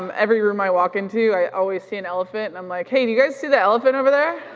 um every room i walk into, i always see an elephant and i'm like, hey, do you guys see that elephant over there?